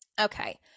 Okay